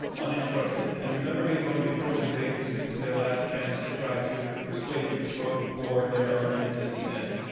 uninterrupted. and remember how you voted before the debate, because this is their last chance to try to persuade you to vote for their arguments at the end,